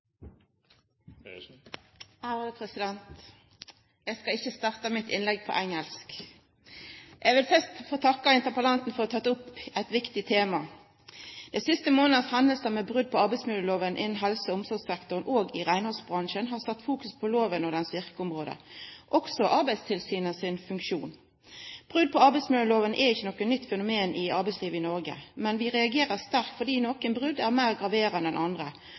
Jeg skal ikke starte mitt innlegg på engelsk. Jeg vil først få takke interpellanten for å ha tatt opp et viktig tema. De siste måneders hendelser, med brudd på arbeidsmiljøloven innen helse- og omsorgssektoren og i renholdsbransjen, har satt fokus på loven og dens virkeområde, også Arbeidstilsynets funksjon. Brudd på arbeidsmiljøloven er ikke noe nytt fenomen i arbeidslivet i Norge, men vi reagerer sterkt fordi noen brudd er mer graverende enn andre